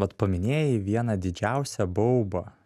vat paminėjai vieną didžiausią baubą